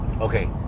okay